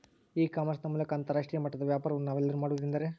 E commerce ನ ಮೂಲಕ ಅಂತರಾಷ್ಟ್ರೇಯ ಮಟ್ಟದ ವ್ಯಾಪಾರವನ್ನು ನಾವೆಲ್ಲರೂ ಮಾಡುವುದೆಂದರೆ?